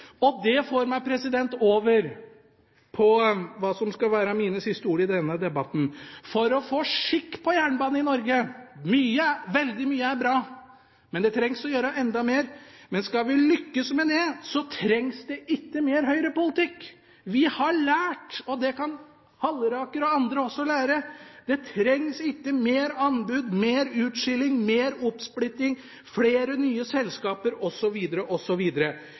Det får meg over på hva som skal være mine siste ord i denne debatten: For å få skikk på jernbanen i Norge – veldig mye er bra, men det trengs å gjøre enda mer – skal vi lykkes med det, trengs det ikke mer høyrepolitikk. Vi har lært – og det kan Halleraker og andre lære: Det trengs ikke mer anbud, mer utskilling, mer oppsplitting, flere nye selskaper